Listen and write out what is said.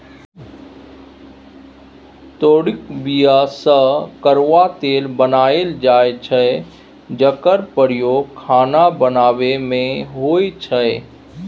तोरीक बीया सँ करुआ तेल बनाएल जाइ छै जकर प्रयोग खाना बनाबै मे होइ छै